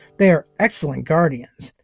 they are excellent guardians.